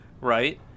right